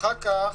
אחר כך,